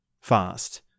fast